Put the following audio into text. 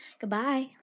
Goodbye